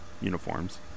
uniforms